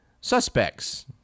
suspects